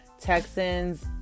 Texans